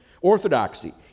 orthodoxy